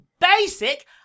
basic